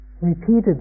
repeatedly